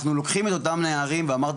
אנחנו לוקחים את אותם נערים ואמרתי